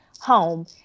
home